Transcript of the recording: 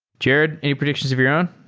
jerod, any predictions of your own?